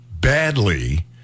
badly